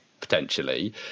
potentially